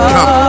Come